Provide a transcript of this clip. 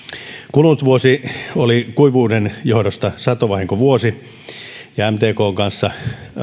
kulunut vuosi oli kuivuuden johdosta satovahinkovuosi ja mtkn kanssa